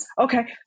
okay